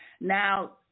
Now